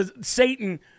Satan